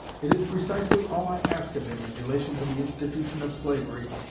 it is precisely all i ask of him in relation to the institution of slavery,